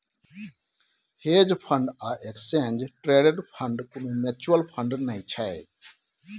hedge fund आ exchange traded fund कुनु mutual fund नै छै